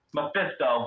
Mephisto